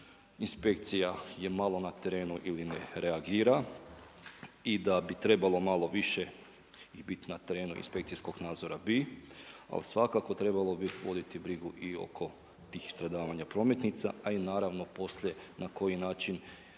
inspekcija je malo na terenu ili ne reagira i da bi trebalo malo više biti na terenu inspekcijskog nadzora, bi, ali svakako trebalo bi voditi brigu i oko tih stradavanja prometnica. A i naravno, poslije i na koji način